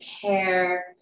care